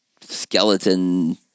skeleton